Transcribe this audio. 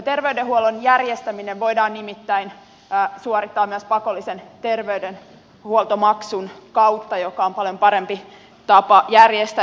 terveydenhuollon järjestäminen voidaan nimittäin suorittaa myös pakollisen terveydenhuoltomaksun kautta joka on paljon parempi tapa järjestää